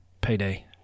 Payday